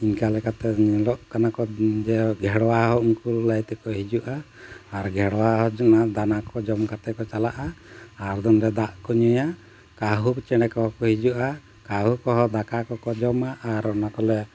ᱤᱱᱠᱟᱹ ᱞᱮᱠᱟᱛᱮ ᱧᱮᱞᱚᱜ ᱠᱟᱱᱟ ᱠᱚ ᱡᱮ ᱜᱷᱮᱲᱣᱟ ᱦᱚᱸ ᱩᱱᱠᱩ ᱞᱟᱹᱭ ᱛᱮᱠᱚ ᱦᱤᱡᱩᱜᱼᱟ ᱟᱨ ᱜᱷᱮᱲᱣᱟ ᱦᱚᱸ ᱫᱟᱱᱟ ᱠᱚ ᱡᱚᱢ ᱠᱟᱛᱮᱫ ᱠᱚ ᱪᱟᱞᱟᱜᱼᱟ ᱟᱨ ᱱᱚᱰᱮ ᱫᱟᱜ ᱠᱚ ᱧᱩᱭᱟ ᱠᱟᱺᱦᱩ ᱪᱮᱬᱮ ᱠᱚ ᱦᱤᱡᱩᱜᱼᱟ ᱠᱺᱦᱩ ᱠᱚᱦᱚᱸ ᱫᱟᱠᱟ ᱠᱚᱠᱚ ᱡᱚᱢᱟ ᱟᱨ ᱚᱱᱟ ᱠᱚᱞᱮ